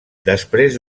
després